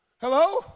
Hello